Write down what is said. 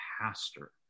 pastor